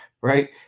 right